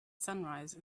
sunrise